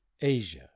Asia